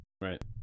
Right